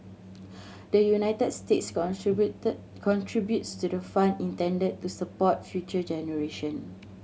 the United States contributed contributes to the fund intended to support future generation